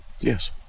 Yes